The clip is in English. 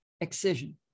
excision